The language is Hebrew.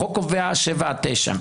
החוק קובע 9-7 שנים